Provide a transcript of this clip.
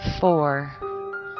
Four